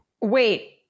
wait